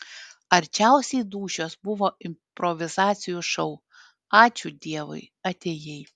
arčiausiai dūšios buvo improvizacijų šou ačiū dievui atėjai